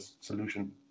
solution